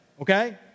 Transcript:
okay